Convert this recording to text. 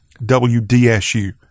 WDSU